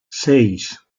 seis